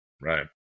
right